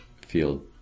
feel